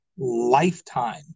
lifetime